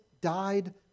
died